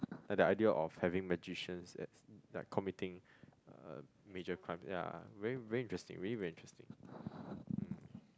like the idea of having magicians as like committing uh major crimes yeah very very interesting really very interesting um